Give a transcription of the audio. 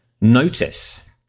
notice